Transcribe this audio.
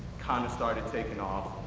kinda started taking off.